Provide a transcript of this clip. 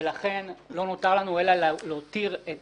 ולכן לא נותר לנו אלא להותיר את